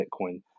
Bitcoin